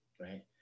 right